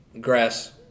Grass